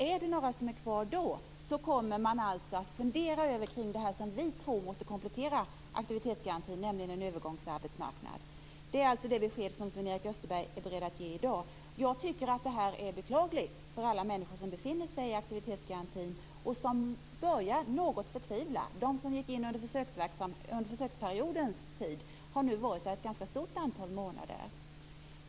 Är det några som är kvar då så kommer man alltså att fundera över det som vi tror måste komplettera aktivitetsgarantin, nämligen en övergångsarbetsmarknad. Det är alltså det besked som Sven-Erik Österberg är beredd att ge i dag. Jag tycker att det är beklagligt för alla människor som befinner sig i aktivitetsgarantin och som något börjar förtvivla. De som gick in under försöksperioden har nu varit där i ett ganska stort antal månader.